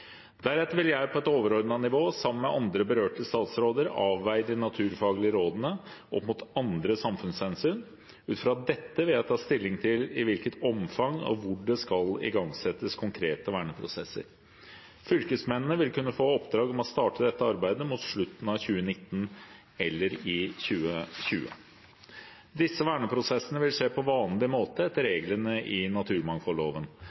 Deretter vil jeg på et overordnet nivå, sammen med andre berørte statsråder, avveie de naturfaglige rådene opp mot andre samfunnshensyn. Ut fra dette vil jeg ta stilling til i hvilket omfang og hvor det skal igangsettes konkrete verneprosesser. Fylkesmennene vil kunne få i oppdrag å starte dette arbeidet mot slutten av 2019 eller i 2020. Disse verneprosessene vil skje på vanlig måte etter